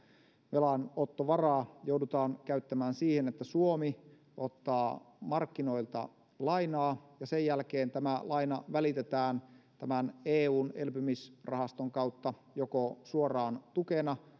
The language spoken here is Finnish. velanottovaraa joudutaan käyttämään siihen että suomi ottaa markkinoilta lainaa ja sen jälkeen tämä laina välitetään tämän eun elpymisrahaston kautta joko suoraan tukena